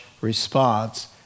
response